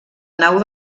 nau